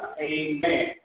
Amen